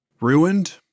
Ruined